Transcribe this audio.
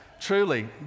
Truly